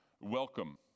welcome